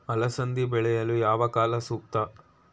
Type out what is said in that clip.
ಅಲಸಂದಿ ಬೆಳೆಯಲು ಯಾವ ಕಾಲ ಸೂಕ್ತ?